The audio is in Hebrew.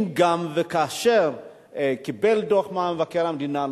גם אם וכאשר קיבל דוח ממבקר המדינה,